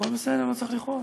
הכול בסדר, לא צריך לכעוס.